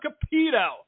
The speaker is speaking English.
Capito